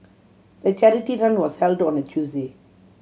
the charity run was held on a Tuesday